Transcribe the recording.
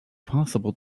possible